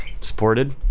supported